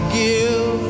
give